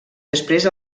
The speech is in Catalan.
després